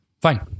Fine